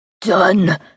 Done